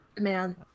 man